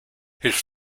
his